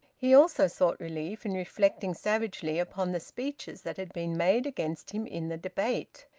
he also sought relief in reflecting savagely upon the speeches that had been made against him in the debate.